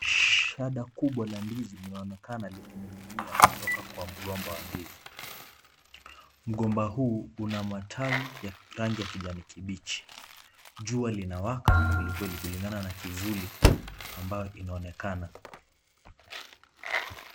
Shada kubwa la ndizi linaonekana likining'inia kutoka kwa mgomba wa ndizi. Mgomba huu una matawi ya rangi ya kijani kibichi. Jua linawaka kwelikweli kulingana kivuli ambayo inaonekana.